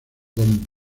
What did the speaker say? dome